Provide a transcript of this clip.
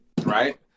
Right